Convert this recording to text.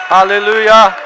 Hallelujah